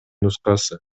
нускасы